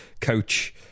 coach